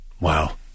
Wow